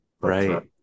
right